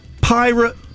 pirate